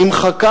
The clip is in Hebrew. נמחקה